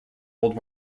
world